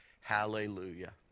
hallelujah